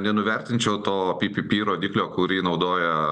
nenuvertinčiau to pipipi rodiklio kurį naudoja